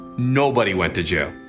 nobody went to jail.